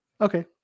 okay